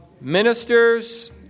Ministers